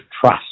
trust